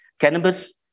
cannabis